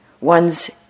one's